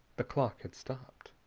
the clock had stopped.